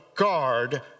Guard